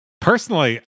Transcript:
Personally